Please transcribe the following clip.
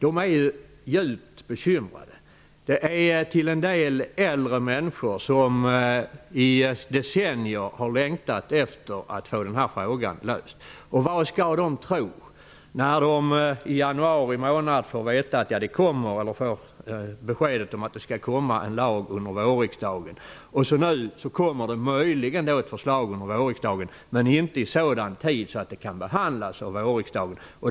Dessa människor är djupt bekymrade. De utgörs till en del av äldre människor som i decennier har längtat efter att få denna fråga löst. Vad skall de tro när de i januari månad får besked om att en lag skall aktualiseras under vårriksdagen? Nu läggs möjligen ett förslag fram under vårriksdagen, men inte i sådan tid att det kan behandlas av vårriksdagen.